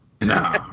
No